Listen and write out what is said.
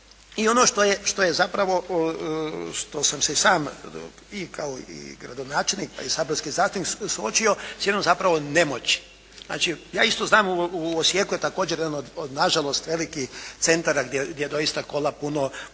i ono što je zapravo, što sam si sam i kao gradonačelnik pa i saborski zastupnik suočio s jednom zapravo nemoći. Ja isto znam, u Osijeku je također jedan od nažalost velikih centara gdje doista kola puno droge